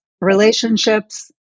relationships